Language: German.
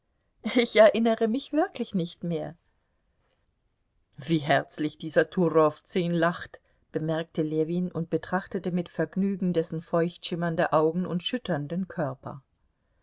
ich erinnere mich wirklich nicht mehr wie herzlich dieser turowzün lacht bemerkte ljewin und betrachtete mit vergnügen dessen feuchtschimmernde augen und schütternden körper